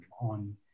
on